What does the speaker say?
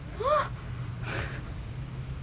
!huh!